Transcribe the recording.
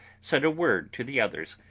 said a word to the others.